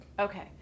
Okay